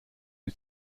die